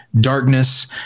darkness